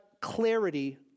clarity